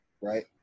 right